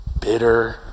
bitter